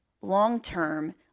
long-term